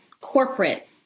corporate